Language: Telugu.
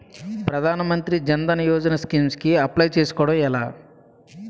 ప్రధాన మంత్రి జన్ ధన్ యోజన స్కీమ్స్ కి అప్లయ్ చేసుకోవడం ఎలా?